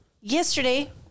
yesterday